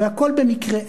והכול במקרה,